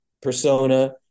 persona